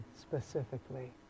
specifically